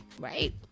right